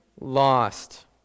lost